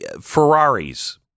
Ferraris